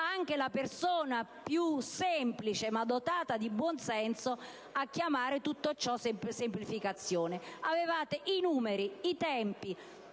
anche la persona più semplice, ma dotata di buonsenso, a chiamare tutto ciò semplificazione. Avevate i numeri e i tempi,